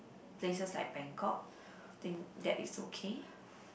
places like Bangkok then that is okay